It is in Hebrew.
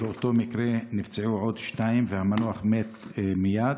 באותו מקרה נפצעו עוד שניים, והמנוח מת מייד.